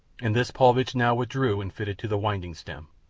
and this paulvitch now withdrew and fitted to the winding stem.